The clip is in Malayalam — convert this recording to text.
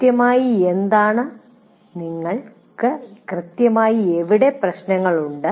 കൃത്യമായി എന്താണ് നിങ്ങൾക്ക് കൃത്യമായി എവിടെ പ്രശ്നങ്ങളുണ്ട്